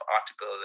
article